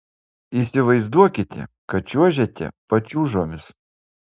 įsivaizduokite kad čiuožiate pačiūžomis